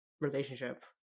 relationship